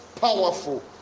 powerful